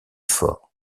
fort